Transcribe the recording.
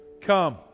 come